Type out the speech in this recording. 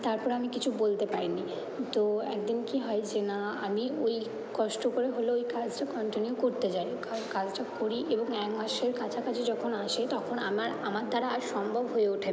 তারপরে আমি কিছু বলতে পারি নি তো এক দিন কী হয় যে আমি না ওই কষ্ট করে হলেও ওই কাজটা কন্টিনিউ করতে যাই কারণ কাজটা করি এবং এক মাসের কাছাকাছি যখন আসে তখন আমার আমার দ্বারা আর সম্ভব হয়ে ওঠে না